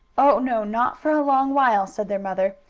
oh, no, not for a long while, said their mother.